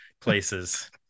places